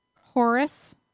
Horace